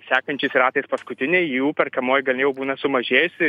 sekančiais ratais paskutiniai jų perkamoji galia jau būna sumažėjusi